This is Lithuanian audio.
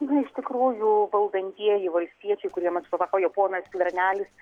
na iš tikrųjų valdantieji valstiečiai kuriem atstovauja ponas skvernelis